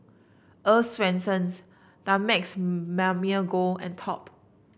Earl's Swensens Dumex Mamil Gold and Top